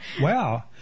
Wow